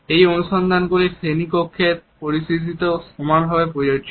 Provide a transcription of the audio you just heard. এই অনুসন্ধানগুলি শ্রেণিকক্ষের পরিস্থিতিতেও সমানভাবে প্রযোজ্য